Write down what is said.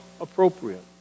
appropriate